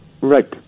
Right